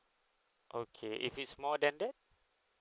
okay if it's more than that